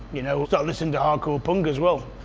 you know so listening to hardcore punk as well.